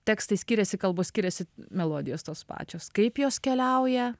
tekstai skiriasi kalbos skiriasi melodijos tos pačios kaip jos keliauja